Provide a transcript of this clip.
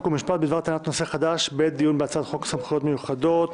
חוק ומשפט בדבר טענת נושא חדש בעת הדיון בהצעת חוק סמכויות מיוחדות